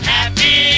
Happy